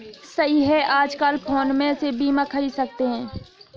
सही है आजकल फ़ोन पे से बीमा ख़रीद सकते हैं